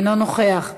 אינו נוכח,